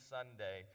Sunday